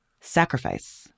Sacrifice